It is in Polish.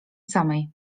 samej